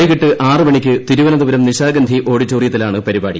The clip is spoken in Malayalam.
വൈകിട്ട് ആറു മണിക്ക് തിരുവനന്തപുരം നിശാഗന്ധി ഓഡിറ്റോറിയത്തിലാണ് പരിപാടി